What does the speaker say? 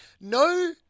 No